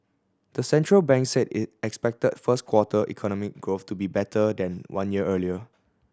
the central bank said it expected first quarter economy growth to be better than one year earlier